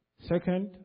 Second